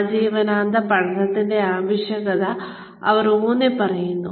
ആജീവനാന്ത പഠനത്തിന്റെ ആവശ്യകത അവർ ഊന്നിപ്പറയുന്നു